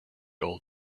old